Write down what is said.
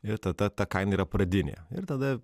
ir tada ta kaina yra pradinė ir tada